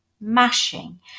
mashing